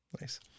Nice